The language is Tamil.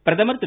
பிரதமர் திரு